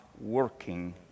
working